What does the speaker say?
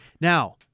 Now